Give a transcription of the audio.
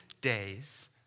days